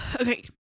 Okay